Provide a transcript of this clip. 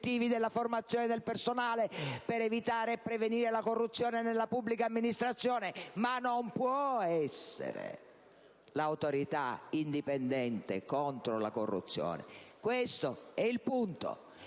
della formazione del personale per evitare e prevenire la corruzione nella pubblica amministrazione, ma non può essere l'Autorità indipendente contro la corruzione. Questo è il punto.